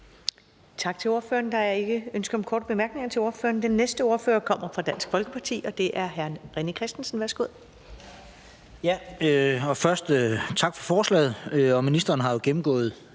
Tak til ordføreren. Der er ingen korte bemærkninger til ordføreren. Den næste ordfører kommer fra Dansk Folkeparti, og det er hr. René Christensen. Værsgo. Kl. 17:41 (Ordfører) René Christensen (DF): Ja, og